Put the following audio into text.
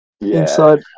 Inside